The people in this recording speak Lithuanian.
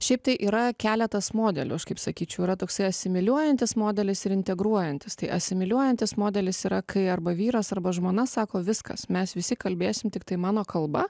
šiaip tai yra keletas modelių aš kaip sakyčiau yra toksai asimiliuojantis modelis ir integruojantis tai asimiliuojantis modelis yra kai arba vyras arba žmona sako viskas mes visi kalbėsim tiktai mano kalba